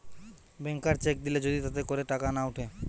ব্যাংকার cheque দিলে যদি তাতে করে টাকা না উঠে